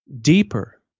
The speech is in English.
Deeper